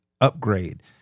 upgrade